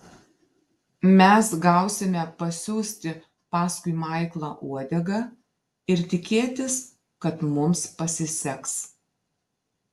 mes gausime pasiųsti paskui maiklą uodegą ir tikėtis kad mums pasiseks